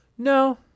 No